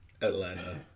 Atlanta